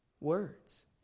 words